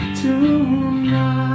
tonight